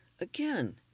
Again